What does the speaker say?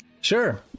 Sure